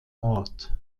ort